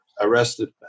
arrested